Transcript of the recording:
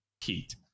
heat